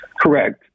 Correct